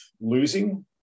losing